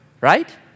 right